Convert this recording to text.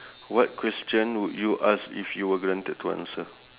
what question would you ask if you were guaranteed to answer